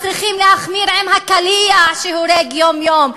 אז צריכים להחמיר עם הקליע שהורג יום-יום.